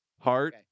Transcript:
heart